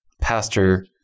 pastor